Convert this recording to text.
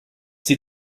sie